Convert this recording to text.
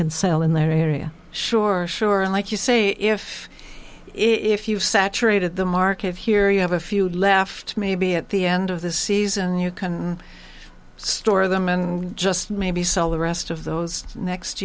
can sell in their area sure sure and like you say if if you've saturated the market here you have a few left maybe at the end of the season you can store them and just maybe sell the rest of those next